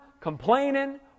complaining